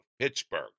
Pittsburgh